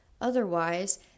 Otherwise